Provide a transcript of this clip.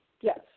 Yes